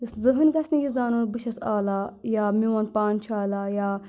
زٕہٕنۍ گژھِ نہٕ یہِ زانُن بہٕ چھَس آلا یا میون پان چھِ آلا یا